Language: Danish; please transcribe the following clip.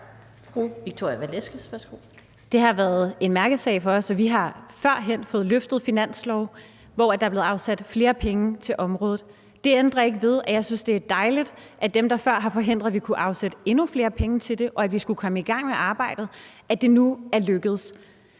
Det har været en mærkesag for os, og vi har førhen fået løftet finanslove, hvor der er blevet afsat flere penge til området. Det, at man før har forhindret, at vi kunne afsætte endnu flere penge til det, og at vi kunne komme i gang med arbejdet, ændrer ikke